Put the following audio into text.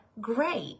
great